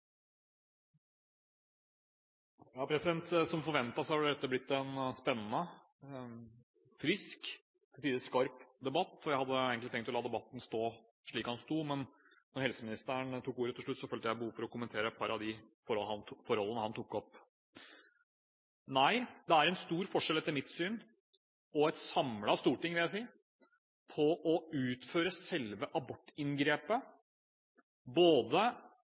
Som forventet har dette blitt en spennende, frisk og til tider skarp debatt. Jeg hadde egentlig tenkt å la debatten stå slik den sto, men når helseministeren tok ordet til slutt, følte jeg behov for å kommentere et par av de forholdene han tok opp. Etter mitt syn, og jeg vil si et samlet stortings syn, er det stor forskjell på å utføre selve abortinngrepet